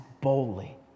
boldly